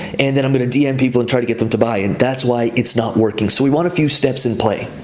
and then i'm gonna dm people and try to get them to buy, and that's why it's not working. so we want a few steps in play.